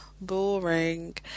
boring